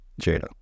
Jada